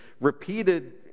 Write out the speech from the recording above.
repeated